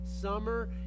summer